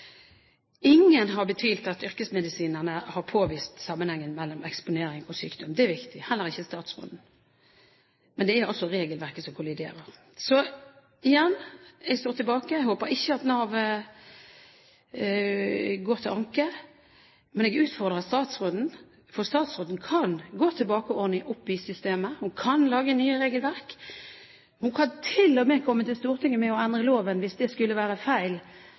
Ingen har betvilt at yrkesmedisinerne har påvist sammenhengen mellom eksponering og sykdom. Det er viktig – heller ikke statsråden. Men det er altså regelverket som kolliderer. Så igjen: Jeg håper at Nav ikke går til anke. Men jeg utfordrer statsråden, for statsråden kan gå tilbake og ordne opp i systemet. Hun kan lage nye regelverk. Hun kan til og med komme til Stortinget for å endre loven hvis det skulle være feil